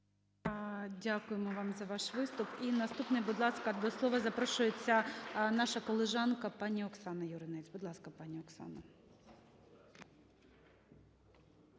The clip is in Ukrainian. Дякуємо вам за ваш виступ. І наступним, будь ласка, до слова запрошується наша колежанка пані Оксана Юринець. Будь ласка, пані Оксано.